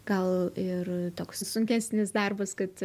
gal ir toks sunkesnis darbas kad